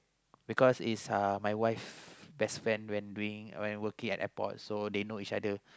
because is a my wife best friend when doing when working at airport so they know each other